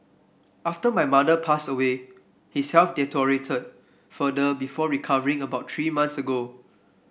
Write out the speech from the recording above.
after my mother passed away his health deteriorated further before recovering about three months ago